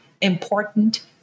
important